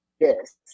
Yes